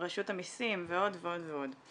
רשות המסים ועוד ועוד ועוד.